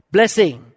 Blessing